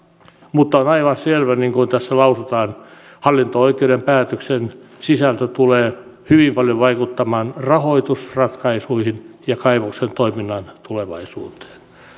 mutta on aivan selvä niin kuin tässä lausutaan että hallinto oikeuden päätöksen sisältö tulee hyvin paljon vaikuttamaan rahoitusratkaisuihin ja kaivoksen toiminnan tulevaisuuteen